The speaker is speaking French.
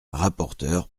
rapporteure